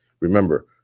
Remember